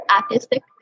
artistic